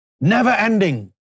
never-ending